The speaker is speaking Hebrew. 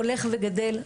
הולך וגדל,